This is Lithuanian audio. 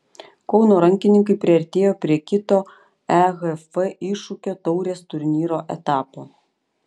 kauno rankininkai priartėjo prie kito ehf iššūkio taurės turnyro etapo